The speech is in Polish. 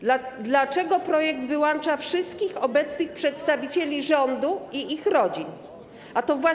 Dlaczego projekt wyłącza wszystkich obecnych przedstawicieli rządu i ich rodziny?